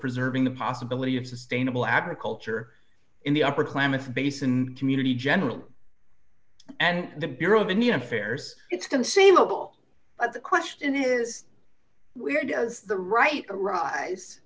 preserving the possibility of sustainable agriculture in the upper klamath basin community generally and the bureau of indian affairs it's conceivable but the question is where does the right to rise